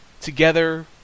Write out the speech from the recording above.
Together